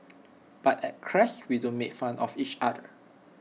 but at Crest we don't make fun of each other